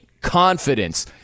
confidence